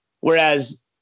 whereas